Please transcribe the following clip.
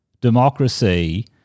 democracy